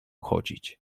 chodzić